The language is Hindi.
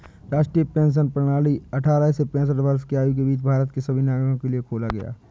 राष्ट्रीय पेंशन प्रणाली अट्ठारह से पेंसठ वर्ष की आयु के बीच भारत के सभी नागरिकों के लिए खोला गया